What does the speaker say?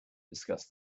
discuss